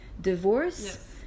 divorce